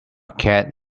cat